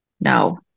no